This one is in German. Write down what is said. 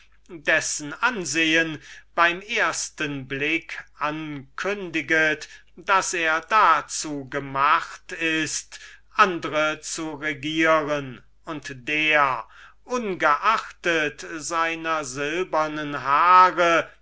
dessen ansehen beim ersten blick ankündiget daß er dazu gemacht ist andre zu regieren und dem ihr ungeachtet seiner silbernen haare